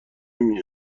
نمی